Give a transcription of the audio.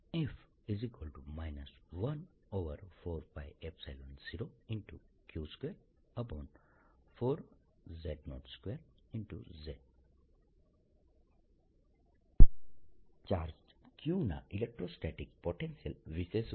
F 140q24z02 z charge q ના electrostatic potential વિશે શું